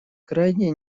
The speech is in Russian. крайне